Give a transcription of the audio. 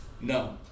No